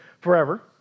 forever